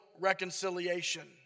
reconciliation